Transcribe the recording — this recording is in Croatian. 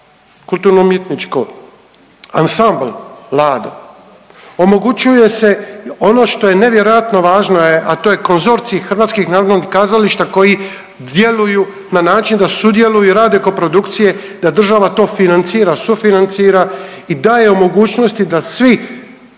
kulturno umjetničko ansambl Lado. Omogućuje se ono što je nevjerojatno važno je a to je konzorcij Hrvatskih narodnih kazališta koji djeluju na način da sudjeluju i rade koprodukcije, da država to financira, sufinancira i daje mogućnosti da svi